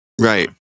right